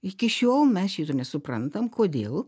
iki šiol mes šito nesuprantam kodėl